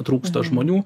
trūksta žmonių